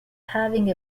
having